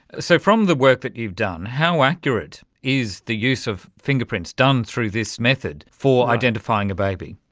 so from the work that you've done, how accurate is the use of fingerprints done through this method for identifying a baby?